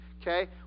okay